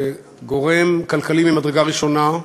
זה גורם כלכלי ממדרגה ראשונה,